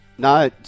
No